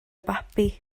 babi